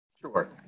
Sure